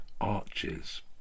arches